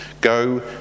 Go